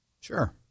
Sure